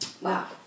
Wow